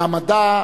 מהמדע,